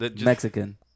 Mexican